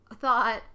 thought